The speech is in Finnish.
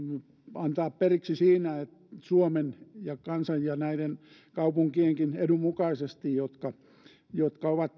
antaa periksi suomen ja kansan ja näiden kaupunkienkin edun mukaisesti jotka jotka ovat